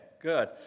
good